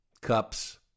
Cups